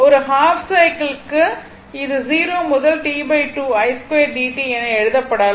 ஒரு half cycle க்கு இது 0 முதல் T2 i2 dt என எழுதப்படலாம்